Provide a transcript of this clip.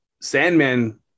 Sandman